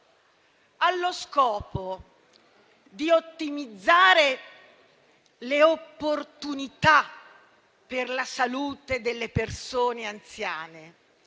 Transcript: allo scopo di ottimizzare le opportunità per la salute delle persone anziane